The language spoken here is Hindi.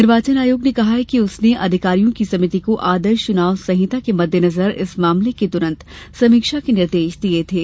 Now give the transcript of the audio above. निर्वाचन आयोग ने कहा कि उसने अधिकारियों की समिति को आदर्श चुनाव संहिता के मद्देनजर इस मामले की तुरंत समीक्षा के निर्देश दिए थे